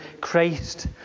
Christ